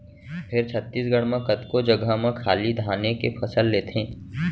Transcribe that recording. फेर छत्तीसगढ़ म कतको जघा म खाली धाने के फसल लेथें